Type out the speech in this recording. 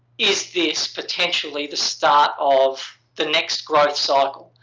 is this potentially the start of the next growth cycle?